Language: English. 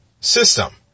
system